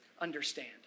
understand